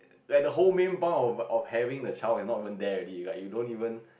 that the whole main bunch of of having the child is not even there already like you don't even